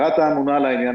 רת"א אמונה על העניין,